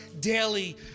daily